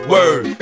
Word